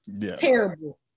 terrible